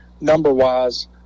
number-wise